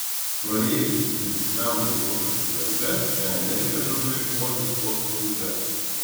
praėjus intensyviam laikotarpiui darbe šią energiją žadu eikvoti sporto klube